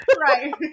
right